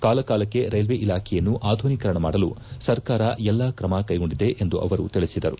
ಕಾಲ ಕಾಲಕ್ಕೆ ರೈಲ್ವೆ ಇಲಾಖೆಯನ್ನು ಆಧುನೀಕರಣ ಮಾಡಲು ಸರ್ಕಾರ ಎಲ್ಲಾ ಕ್ರಮ ಕೈಗೊಂಡಿದೆ ಎಂದು ಅವರು ತಿಳಿಸಿದರು